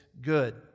good